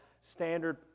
standard